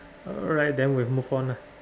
alright then we move on lah